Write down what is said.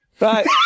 Right